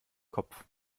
kopf